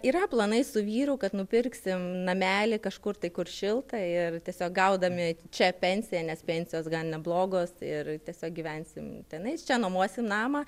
yra planai su vyru kad nupirksim namelį kažkur tai kur šilta ir tiesiog gaudami čia pensiją nes pensijos gan neblogos ir tiesiog gyvensim tenais čia nuomosim namą